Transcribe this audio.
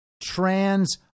trans